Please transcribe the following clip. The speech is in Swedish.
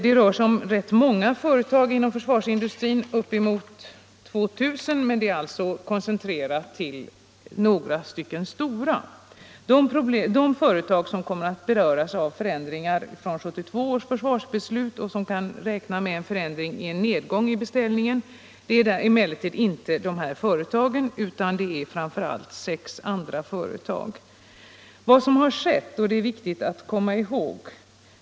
Det rör sig totalt om rätt många företag inom försvarsindustrin, upp emot 2 000, men med en koncentration till några stora företag. De företag som kommer att beröras av förändringar på grund av 1972 års försvarsbeslut och som kan räkna med en nedgång i beställningarna är emellertid inte dessa företag utan framför allt sex andra företag.